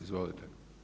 Izvolite.